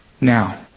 now